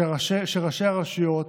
של ראשי הרשויות,